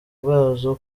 bwazo